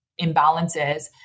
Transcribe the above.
imbalances